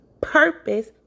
purpose